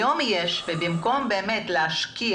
אבל היום יש, ובמקום להשקיע